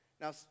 Now